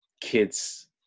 kids